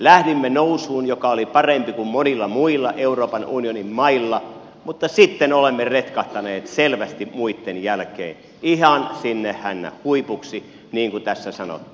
lähdimme nousuun joka oli parempi kuin monilla muilla euroopan unionin mailla mutta sitten olemme retkahtaneet selvästi muitten jälkeen ihan sinne hännänhuipuksi niin kuin tässä sanoitte